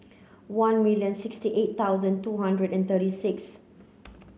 one million sixty eight thousand two hundred and thirty six